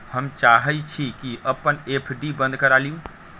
हम चाहई छी कि अपन एफ.डी बंद करा लिउ